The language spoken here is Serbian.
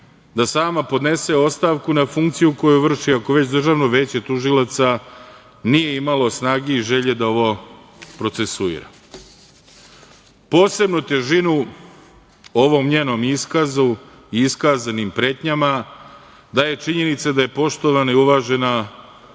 da sama podnese ostavku na funkciju koju vrši ako već Državno veće tužilaca nije imalo snage i želje da ovo procesuira. Posebnu težinu ovom njenom iskazu i iskazanim pretnjama daje činjenica da je poštovana i uvažena